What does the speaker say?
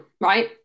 right